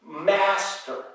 Master